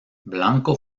blanco